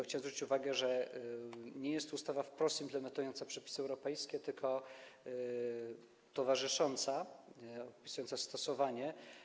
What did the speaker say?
Chciałem zwrócić uwagę, że nie jest to ustawa wprost implementująca przepisy europejskie, tylko towarzysząca, opisująca stosowanie.